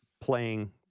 playing